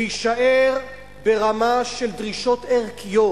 להישאר ברמה של דרישות ערכיות,